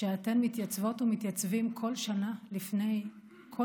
שאתם מתייצבות ומתייצבים כל שנה לפני כל